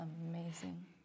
amazing